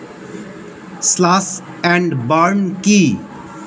Slash and burn কি?